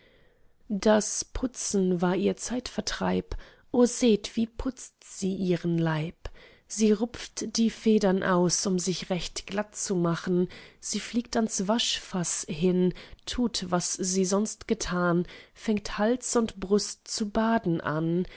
das putzen war ihr zeitvertreib o seht wie putzt sie ihren leib sie rupft die federn aus um sich recht glatt zu machen sie fliegt ans waschfaß hin tut was sie sonst getan fängt hals und brust zu baden an